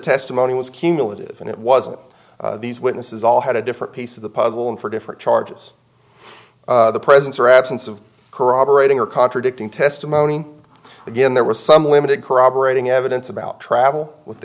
testimony was cumulative and it wasn't these witnesses all had a different piece of the puzzle and for different charges the presence or absence of corroborating or contradicting testimony again there was some limited corroborating evidence about travel with